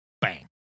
Bang